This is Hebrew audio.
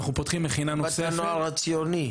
חוות הנוער הציוני?